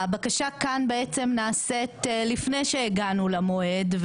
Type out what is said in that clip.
הבקשה כאן נעשית לפני שהגענו למועד,